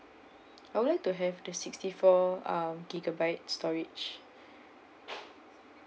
I would like to have the sixty four uh gigabyte storage